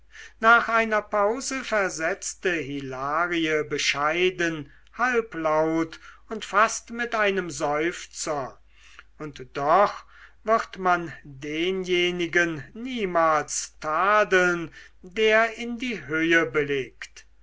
nach einer pause versetzte hilarie bescheiden halblaut und fast mit einem seufzer und doch wird man denjenigen niemals tadeln der in die höhe